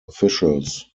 officials